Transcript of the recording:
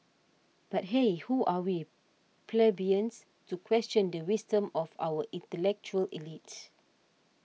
but hey who are we plebeians to question the wisdom of our intellectual elite